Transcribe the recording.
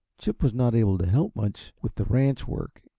chip was not able to help much with the ranch work,